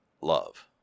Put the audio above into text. love